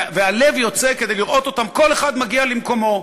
והלב יוצא לראות אותם כל אחד מגיע למקומו.